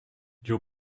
your